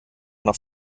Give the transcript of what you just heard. noch